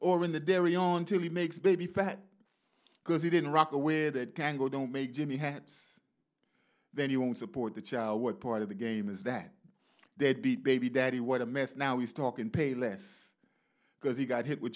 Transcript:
or in the dairy on till he makes baby fat because he didn't rock aware that can't go don't make jimmy had then he won't support the child what part of the game is that there'd be baby daddy what a mess now he's talking pay less because he got hit with